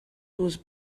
was